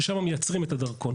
שם מייצרים את הדרכון.